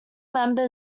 member